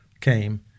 came